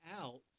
out